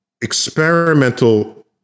experimental